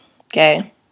okay